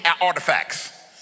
artifacts